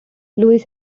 louis